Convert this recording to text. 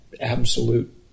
absolute